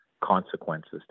consequences